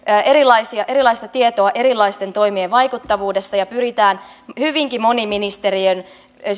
erilaista tietoa erilaisten toimien vaikuttavuudesta ja pyritään hyvinkin moniministeriöisesti